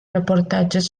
reportatges